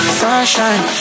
sunshine